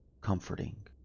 comforting